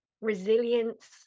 resilience